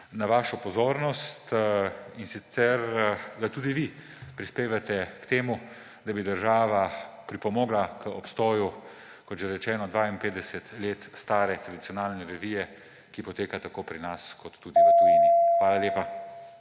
na vašo pozornost, in sicer da tudi vi prispevate k temu, da bi država pripomogla k obstoju, kot že rečeno, 52 let stare tradicionalne revije, ki poteka tako pri nas kot tudi v tujini. Hvala lepa.